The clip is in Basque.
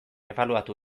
ebaluatu